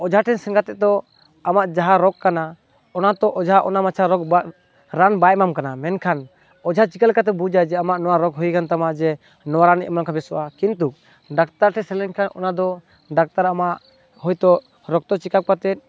ᱚᱡᱷᱟᱴᱷᱮᱱ ᱥᱮᱱ ᱠᱟᱛᱮᱫ ᱫᱚ ᱟᱢᱟᱜ ᱡᱟᱦᱟᱸ ᱨᱳᱜᱽ ᱠᱟᱱᱟ ᱚᱱᱟᱛᱚ ᱚᱡᱷᱟ ᱚᱱᱟ ᱢᱟᱪᱷᱟ ᱨᱳᱜᱽ ᱵᱟᱝ ᱨᱟᱱ ᱵᱟᱭ ᱮᱢᱟᱢ ᱠᱟᱱᱟ ᱢᱮᱱᱠᱷᱟᱱ ᱚᱡᱷᱟ ᱪᱤᱠᱟᱹ ᱞᱮᱠᱟᱛᱮ ᱵᱩᱡᱟᱭ ᱡᱮ ᱟᱢᱟᱜ ᱱᱚᱣᱟ ᱨᱳᱜᱽ ᱦᱩᱭ ᱠᱟᱱᱛᱟᱢᱟ ᱡᱮ ᱱᱚᱣᱟ ᱨᱟᱱᱮ ᱮᱢᱟᱢ ᱠᱷᱟᱱ ᱵᱮᱥᱚᱜᱼᱟ ᱠᱤᱱᱛᱩ ᱰᱟᱠᱛᱟᱨ ᱴᱷᱮᱱ ᱥᱮᱱ ᱞᱮᱱᱠᱷᱟ ᱚᱱᱟ ᱫᱚ ᱰᱟᱠᱛᱟᱨᱟᱜ ᱢᱟ ᱦᱚᱭᱛᱚ ᱨᱚᱠᱛᱚ ᱪᱮᱠᱟᱯ ᱠᱟᱛᱮᱫ